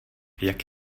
jak